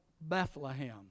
Bethlehem